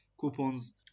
coupons